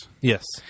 Yes